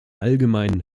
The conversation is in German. allgemeinen